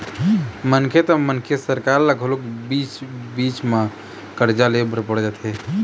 मनखे त मनखे सरकार ल घलोक बीच बीच म करजा ले बर पड़ जाथे